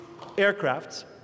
aircrafts